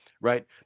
Right